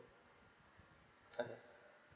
(uh huh)